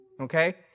okay